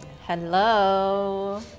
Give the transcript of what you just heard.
hello